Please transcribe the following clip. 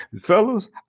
Fellas